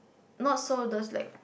not so those like